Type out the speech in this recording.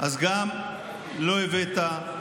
אתה צריך, אני השבתי לקריאת ביניים,